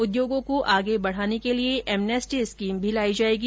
उद्योगों को आगे बढाने के लिये एमनेस्टी स्कीम लाई जायेगी